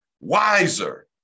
wiser